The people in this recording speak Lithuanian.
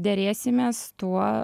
derėsimės tuo